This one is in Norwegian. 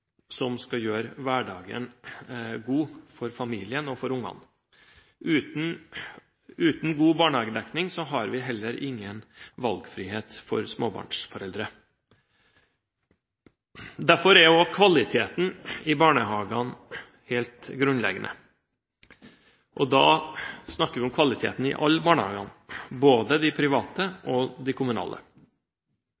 som skal gjøre hverdagen god for familien og for ungene. Uten god barnehagedekning har vi heller ingen valgfrihet for småbarnsforeldre. Derfor er også kvaliteten i barnehagene helt grunnleggende, og da snakker vi om kvaliteten i alle barnehagene, både de private